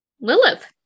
Lilith